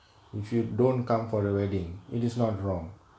if you don't come for the wedding it is not wrong